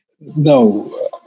No